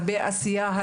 הרבה עשייה,